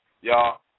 y'all